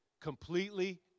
completely